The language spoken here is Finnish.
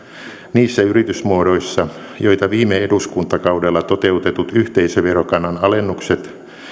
niissä yritysmuodoissa joita viime eduskuntakaudella toteutetut yhteisöverokannan alennukset